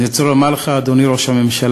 אני רוצה לומר לך, אדוני ראש הממשלה,